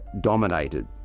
dominated